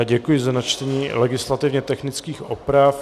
Děkuji za načtení legislativně technických oprav.